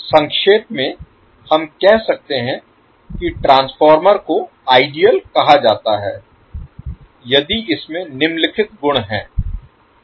संक्षेप में हम कह सकते हैं कि ट्रांसफार्मर को आइडियल कहा जाता है यदि इसमें निम्नलिखित गुण हैं